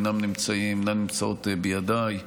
אינה נמצאת בידיי.